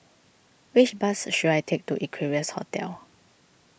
which bus should I take to Equarius Hotel